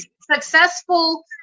successful